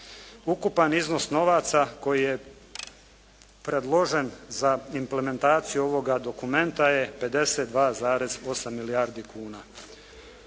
Ukupan iznos novaca koji je predložen za implementaciju ovoga dokumenta je 52,8 milijardi kuna.